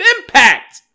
impact